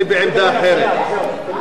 אני בעמדה אחרת,